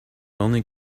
only